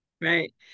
Right